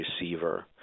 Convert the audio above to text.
receiver